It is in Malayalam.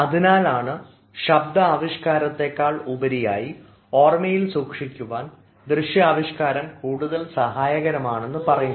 അതിനാലാണ് ശബ്ദാവിഷ്കാരത്തേക്കാൾ ഉപരിയായി ഓർമ്മയിൽ സൂക്ഷിക്കുവാൻ ദൃശ്യാവിഷ്കാരം കൂടുതൽ സഹായകരമാണെന്ന് പറയുന്നത്